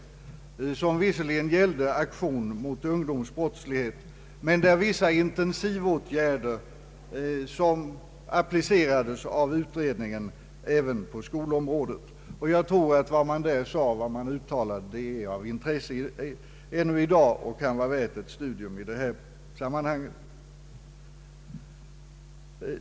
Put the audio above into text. Den gällde visserligen aktioner mot ungdomsbrottslighet men applicerades också på vissa intensivåtgärder på skolområdet. Jag tror att vad utredningen därvid uttalade är av intresse ännu i dag och kan vara värt ett studium i detta sammanhang.